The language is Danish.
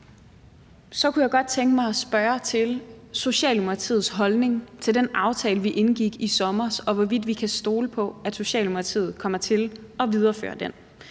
Så kunne jeg godt tænke mig at spørge til Socialdemokratiets holdning til den aftale, vi indgik i sommer, altså hvorvidt vi kan stole på, at Socialdemokratiet kommer til at videreføre den.